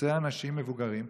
ופוצע אנשים מבוגרים.